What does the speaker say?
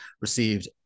received